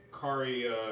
Kari